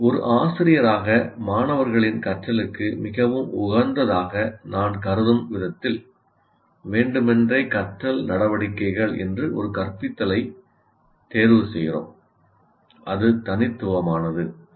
ஒரு ஆசிரியராக மாணவர்களின் கற்றலுக்கு மிகவும் உகந்ததாக நான் கருதும் விதத்தில் 'வேண்டுமென்றே கற்றல் நடவடிக்கைகள்' என்று ஒரு கற்பித்தலைத் தேர்வு செய்கிறோம் அது தனித்துவமானது அல்ல